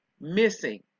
missing